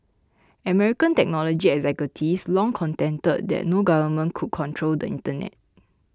American technology executives long contended that no government could control the internet